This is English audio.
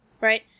right